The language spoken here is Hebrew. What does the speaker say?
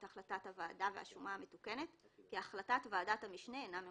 החלטת הוועדה והשומה המתוקנת כי החלטת ועדת המשנה אינה מאושרת.